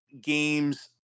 games